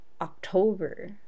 October